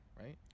right